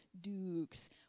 Dukes